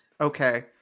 Okay